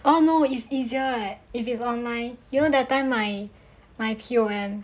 ah no it's easier eh if its online during that time my my P_O_M